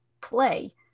play